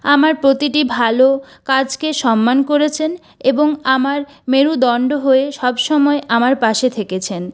আমার প্রতিটি ভালো কাজকে সম্মান করেছেন এবং আমার মেরুদন্ড হয়ে সবসময় আমার পাশে থেকেছেন